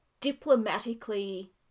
diplomatically